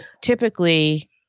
typically